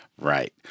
Right